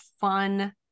fun